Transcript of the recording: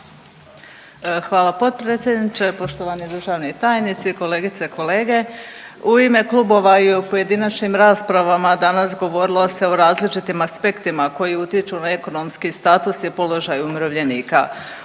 Hvala potpredsjedniče, poštovani državni tajnici, kolegice i kolege. U ime klubova i pojedinačnim rasprava danas govorilo se o različitim aspektima koji utječu na ekonomski status i položaj umirovljenika.